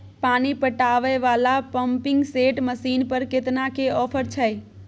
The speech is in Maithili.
पानी पटावय वाला पंपिंग सेट मसीन पर केतना के ऑफर छैय?